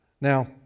Now